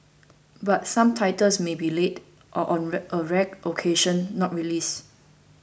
but some titles may be late or on a a rare occasion not released